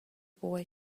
boy